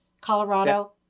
Colorado